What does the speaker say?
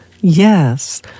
Yes